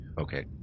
okay